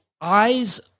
eyes